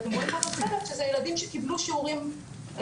ואם רואים את הקבוצה האחרת שזה ילדים שקיבלו שיעורים רגשיים,